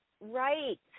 right